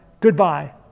goodbye